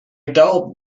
doubt